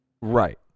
Right